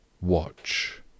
Watch